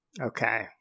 Okay